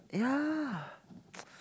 yeah